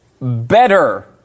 better